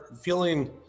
feeling